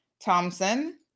Thompson